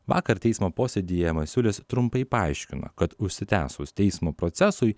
vakar teismo posėdyje masiulis trumpai paaiškino kad užsitęsus teismo procesui